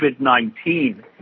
COVID-19